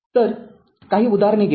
तर काही उदाहरणे घेऊ